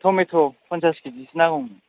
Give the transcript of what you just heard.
tomato पन्सास किजिसो नांगौमोन